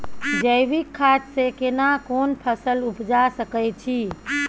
जैविक खाद से केना कोन फसल उपजा सकै छि?